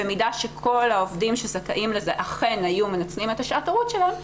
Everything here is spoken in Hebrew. במידה שכל העובדים שזכאים לזה אכן היו מנצלים את שעת ההורות שלהם,